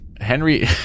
Henry